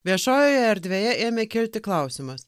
viešojoje erdvėje ėmė kilti klausimas